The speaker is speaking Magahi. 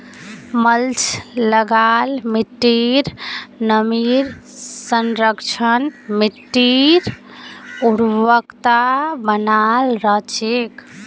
मल्च लगा ल मिट्टीर नमीर संरक्षण, मिट्टीर उर्वरता बनाल रह छेक